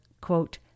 quote